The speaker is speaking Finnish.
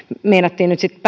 meinattiin nyt sitten